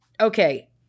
Okay